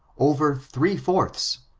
over three-fourths.